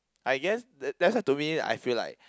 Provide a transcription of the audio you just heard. I guess that's why to me I feel like